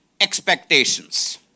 expectations